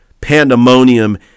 pandemonium